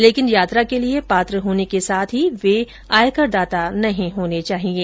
लेकिन यात्रा के लिये पात्र होने के साथ ही वे आयकर दाता नहीं होने चाहिये